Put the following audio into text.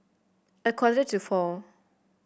a quarter to four